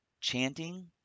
chanting